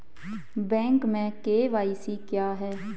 Bank में KYC क्या है?